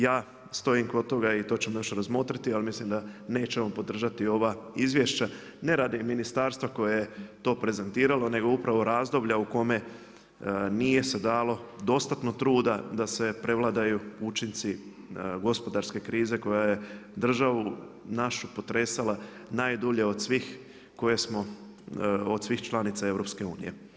Ja stojim kod toga i to ćemo još razmotriti ali mislim da nećemo podržati ova izvješća, ne radi ministarstva koje je to prezentiralo nego upravo razdoblja u kome nije se dalo dostatno truda da se prevladaju učinci gospodarske krize koja je državu našu potresala najdulje od svih članica EU.